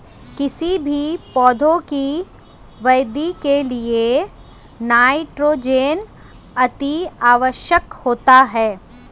किसी भी पौधे की वृद्धि के लिए नाइट्रोजन अति आवश्यक होता है